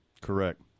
Correct